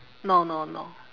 no no no